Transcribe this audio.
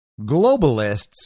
globalists